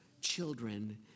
children